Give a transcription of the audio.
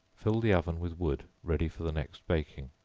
fill the oven with wood ready for the next baking.